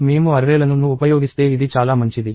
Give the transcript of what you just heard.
మేము అర్రేలను ను ఉపయోగిస్తే ఇది చాలా మంచిది